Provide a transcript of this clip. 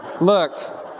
Look